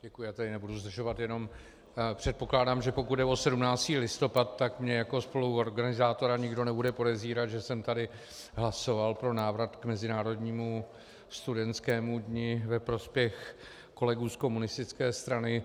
Děkuji, já tady nebudu zdržovat, jenom předpokládám, že pokud jde o 17. listopad, tak mě jako spoluorganizátora nikdo nebude podezírat, že jsem tady hlasoval pro návrat k mezinárodnímu studentskému dni ve prospěch kolegů z komunistické strany.